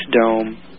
dome